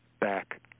back